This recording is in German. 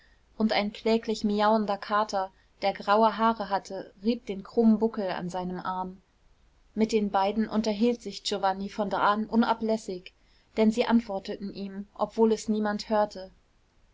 und ein kläglich miauender kater der graue haare hatte rieb den krummen buckel an seinem arm mit den beiden unterhielt sich giovanni von da an unablässig denn sie antworteten ihm obwohl es niemand hörte